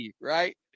right